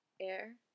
Air